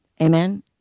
amen